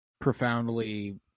profoundly